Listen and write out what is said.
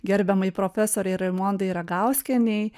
gerbiamai profesorei raimondai ragauskienei